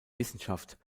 wissenschaft